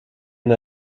und